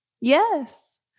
Yes